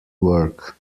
work